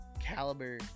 caliber